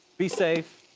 be safe.